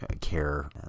care